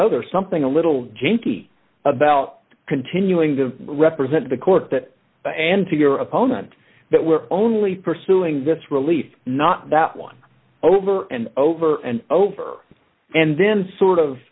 know there's something a little jakey about continuing to represent the court that and to your opponent that we're only pursuing this relief not that one over and over and over and then sort of